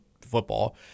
football